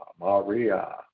Maria